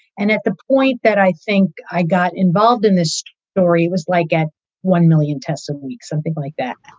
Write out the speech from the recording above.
and at the point that i think i got involved in this story was like at one million tests a week, something like that.